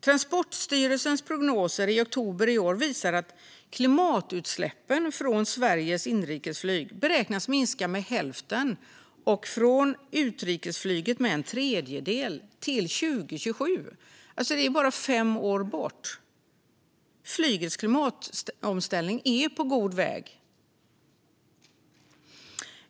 Transportstyrelsens prognoser i oktober i år visar att klimatutsläppen från Sveriges inrikesflyg beräknas minska med hälften - och från utrikesflyget beräknas det minska med en tredjedel - till 2027. Det är alltså bara fem år bort. Flygets klimatomställning är på god väg.